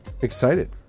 excited